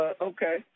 okay